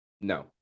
No